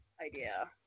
idea